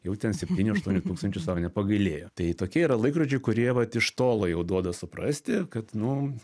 jau ten septynių aštuonių tūkstančių sau nepagailėjo tai tokie yra laikrodžiai kurie vat iš tolo jau duoda suprasti kad nu